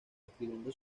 escribiendo